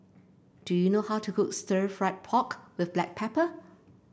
do you know how to cook Stir Fried Pork with Black Pepper